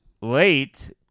Late